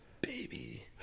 baby